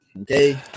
Okay